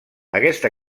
aquesta